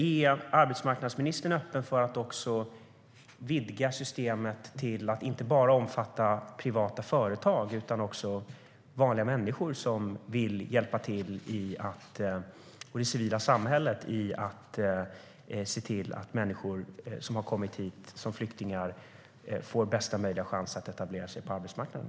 Är arbetsmarknadsministern öppen för att också vidga systemet till att inte bara omfatta privata företag utan också vanliga människor och det civila samhället som vill hjälpa till med att se till att människor som har kommit hit som flyktingar får bästa möjliga chans att etablera sig på arbetsmarknaden?